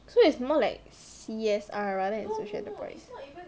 so it's more like C_S_R rather than social enterprise